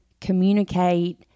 communicate